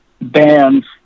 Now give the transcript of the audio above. Bands